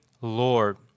Lord